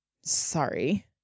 Sorry